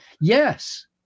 Yes